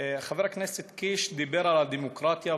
חבר הכנסת קיש דיבר על הדמוקרטיה,